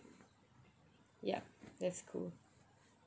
yup that's cool